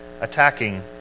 attacking